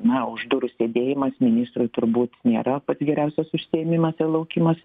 na už durų sėdėjimas ministrui turbūt nėra pats geriausias užsiėmimasir laukimas